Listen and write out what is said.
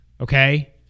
Okay